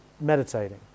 meditating